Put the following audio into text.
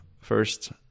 first